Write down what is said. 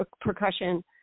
percussion